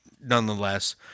nonetheless